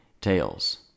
tails